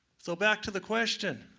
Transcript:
so back to the question,